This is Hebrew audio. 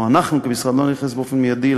או אנחנו כמשרד לא נתייחס באופן מיידי